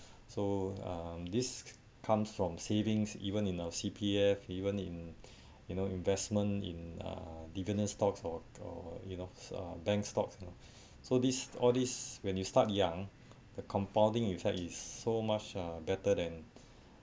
so um this comes from savings even in our C_P_F even in you know investment in a dividend stocks or or you know s uh bank stocks you know so this all this when you start young the compounding effect is so much uh better than